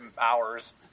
hours